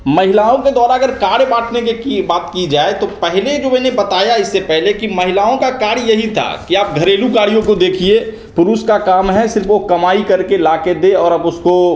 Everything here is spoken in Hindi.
महिलाओं के द्वारा अगर कार्य बांटने की बात की जाए तो पहले जो मैंने बताया इससे पहले कि महिलाओं का कार्य यही था कि आप घरेलू कार्यों को देखिए पुरुष का काम है सिर्फ़ वह कमाई करके लाकर दे और अब उसको